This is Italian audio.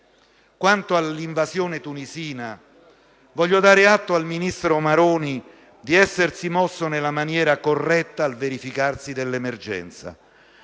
Quanto all'invasione tunisina, voglio dare all'atto al ministro Maroni di essersi mosso nella maniera corretta al verificarsi dell'emergenza,